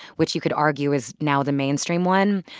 which you could argue is now the mainstream one.